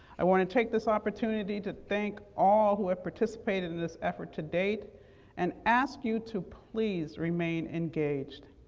i want to take this opportunity to thank all who have participated in this effort to date and ask you to please remain engaged.